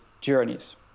journeys